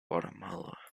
guatemala